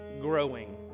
growing